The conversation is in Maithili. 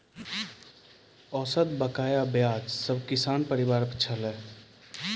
औसत बकाया ब्याज सब किसान परिवार पर छलै